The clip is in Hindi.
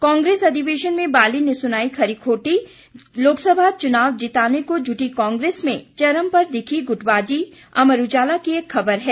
कांग्रेस अधिवेशन में बाली ने सुनाई खरी खोटी लोकसभा चुनाव जिताने को जुटी कांग्रेस में चरम पर दिखी गुटबाजी अमर उजाला की खबर है